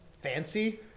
fancy